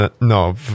no